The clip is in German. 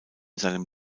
seinem